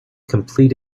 complete